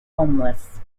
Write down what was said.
homeless